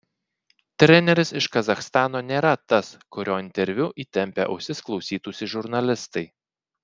treneris iš kazachstano nėra tas kurio interviu įtempę ausis klausytųsi žurnalistai